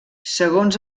segons